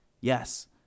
Yes